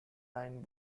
nine